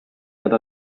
that